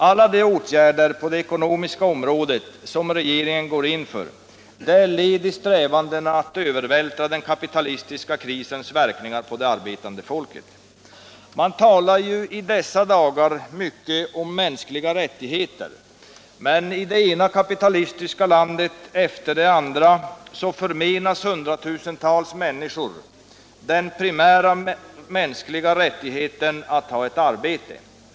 Alla de åtgärder på det ekonomiska området som regeringen går in för är led i strävandena att övervältra den kapitalistiska krisens verkningar på det arbetande folket. Man talar i dessa dagar mycket om mänskliga rättigheter, men i det ena kapitalistiska landet efter det andra förmenas hundratusentals människor den primära mänskliga rättigheten att ha ett arbete.